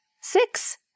Six